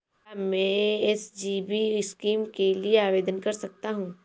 क्या मैं SGB scheme के लिए आवेदन कर सकता हूँ?